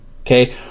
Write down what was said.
okay